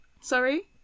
Sorry